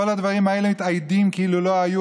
כל הדברים האלה מתאיידים כאילו לא היו